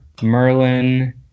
merlin